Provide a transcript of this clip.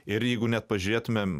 ir jeigu net pažiūrėtumėm